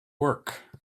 work